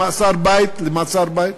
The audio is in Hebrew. למעצר בית?